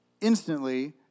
Instantly